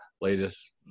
latest